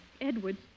Edwards